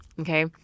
Okay